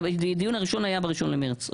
הדיון הראשון היה ב-1 במרץ.